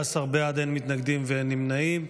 15 בעד, אין מתנגדים, אין נמנעים.